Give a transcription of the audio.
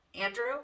Andrew